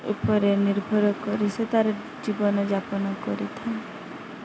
ଉପରେ ନିର୍ଭର କରି ସେ ତା'ର ଜୀବନଯାପନ କରିଥାଏ